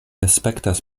aspektas